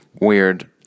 weird